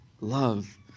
love